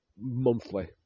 monthly